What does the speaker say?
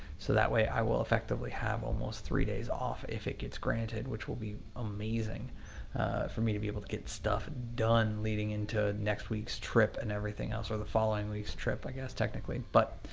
so, that way, i will effectively have almost three days off, if it gets granted, which will be amazing for me to be able to get stuff done leading into next week's trip and everything else, or the following week's trip i guess, technically. but,